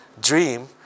dream